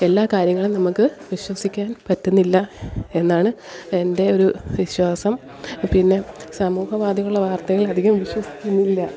എല്ലാ കാര്യങ്ങളും നമുക്ക് വിശ്വസിക്കാൻ പറ്റുന്നില്ല എന്നാണ് എൻ്റെ ഒരു വിശ്വാസം പിന്നെ സമൂഹമാധ്യമങ്ങള വാർത്തകൾ അധികം വിശ്വസിക്കുന്നില്ല